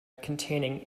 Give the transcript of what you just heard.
containing